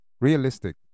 realistic